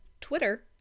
Twitter